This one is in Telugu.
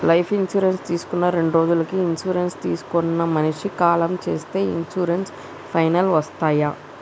లైఫ్ ఇన్సూరెన్స్ తీసుకున్న రెండ్రోజులకి ఇన్సూరెన్స్ తీసుకున్న మనిషి కాలం చేస్తే ఇన్సూరెన్స్ పైసల్ వస్తయా?